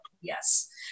yes